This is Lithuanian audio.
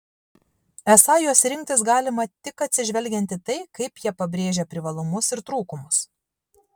esą juos rinktis galima tik atsižvelgiant į tai kaip jie pabrėžia privalumus ir trūkumus